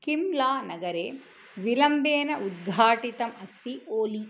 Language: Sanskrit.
किं ला नगरे विलम्बेन उद्घाटितमस्ति ओली